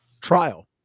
trial